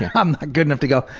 um good enough to go,